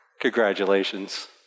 Congratulations